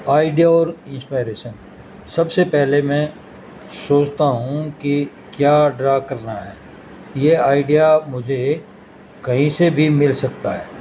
idea اور inspiration سب سے پہلے میں سوچتا ہوں کہ کیا ڈرا کرنا ہے یہ آئیڈیا مجھے کہیں سے بھی مل سکتا ہے